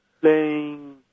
playing